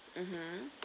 mmhmm